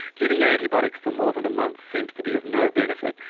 giving antibiotics for more than a month seems to be of no benefit.